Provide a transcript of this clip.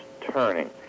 turning